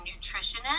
nutritionist